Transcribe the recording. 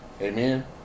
Amen